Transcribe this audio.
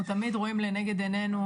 ואנחנו תמיד רואים לנגד עינינו,